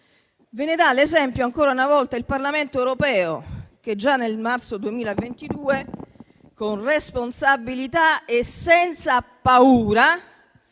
Ve ne dà l'esempio ancora una volta il Parlamento europeo, che già nel marzo 2022, con responsabilità e senza paura,